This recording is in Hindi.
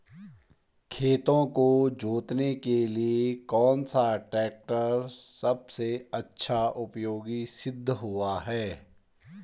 खेतों को जोतने के लिए कौन सा टैक्टर सबसे अच्छा उपयोगी सिद्ध हुआ है?